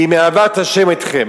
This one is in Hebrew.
כי מאהבת ה' אתכם.